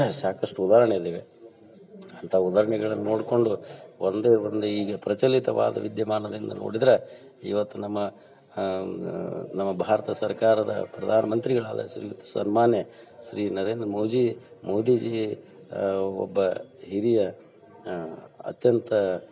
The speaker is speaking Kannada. ಸಾಕಷ್ಟು ಉದಾಹರಣೆ ಇದಾವೆ ಅಂಥ ಉದಾಹರ್ಣೆಗಳನ್ನು ನೋಡಿಕೊಂಡು ಒಂದೇ ಒಂದು ಈಗ ಪ್ರಚಲಿತವಾದ ವಿದ್ಯಮಾನದಿಂದ ನೋಡಿದರೆ ಇವತ್ತು ನಮ್ಮ ನಮ್ಮ ಭಾರತ ಸರ್ಕಾರದ ಪ್ರಧಾನ ಮಂತ್ರಿಗಳಾದ ಶ್ರೀಯುತ ಸನ್ಮಾನ್ಯ ಶ್ರೀ ನರೇಂದ್ರ ಮೋಜಿ ಮೋದಿ ಜೀ ಒಬ್ಬ ಹಿರಿಯ ಅತ್ಯಂತ